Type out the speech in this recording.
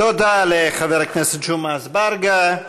תודה לחבר הכנסת ג'מעה אזברגה.